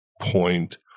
point